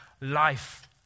life